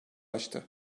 açtı